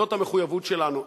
זאת המחויבות שלנו,